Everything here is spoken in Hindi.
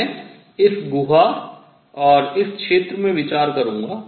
मैं इस गुहा और इस क्षेत्र में विचार करूंगा